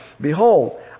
Behold